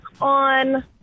on